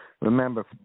Remember